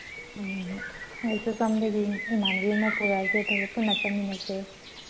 ꯍꯣꯏ ꯍꯣꯏ ꯑꯩꯁꯨ ꯁꯣꯝꯗꯒꯤ ꯏꯃꯥꯟꯅꯕꯤ ꯑꯃ ꯄꯨꯔꯛꯑꯒꯦ ꯑꯗꯨꯒ ꯄꯨꯟꯅ ꯆꯠꯃꯤꯟꯅꯁꯦ